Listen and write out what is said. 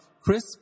Chris